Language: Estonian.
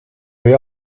või